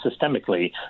systemically